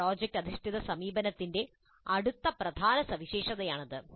project അധിഷ്ഠിത സമീപനത്തിന്റെ അടുത്ത പ്രധാന സവിശേഷതയാണിത്